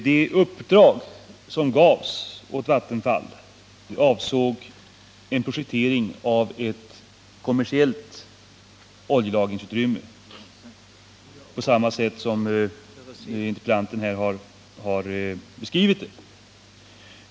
Det uppdrag som gavs åt Vattenfall avsåg en projektering av ett kommersiellt oljelagringsutrymme på det sätt som interpellanten här har beskrivit.